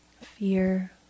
fear